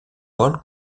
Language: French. paul